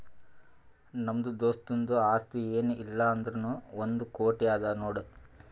ನಮ್ದು ದೋಸ್ತುಂದು ಆಸ್ತಿ ಏನ್ ಇಲ್ಲ ಅಂದುರ್ನೂ ಒಂದ್ ಕೋಟಿ ಅದಾ ನೋಡ್